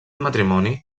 matrimoni